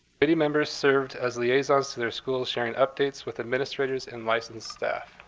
committee members served as liaisons to their schools, sharing updates with adminstrators and licensed staff.